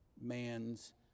man's